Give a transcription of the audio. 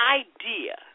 idea